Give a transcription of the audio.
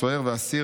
סוהר ואסיר,